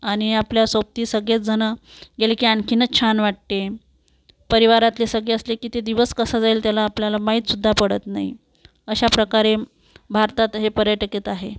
आणि आपल्यासोबती सगळेचजणं गेले की आणखीनच छान वाटते परिवारातले सगळे असले की ते दिवस कसा जाईल त्याला आपल्याला माहितसुद्धा पडत नाही अशा प्रकारे भारतात हे पर्यटक येत आहे